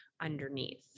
underneath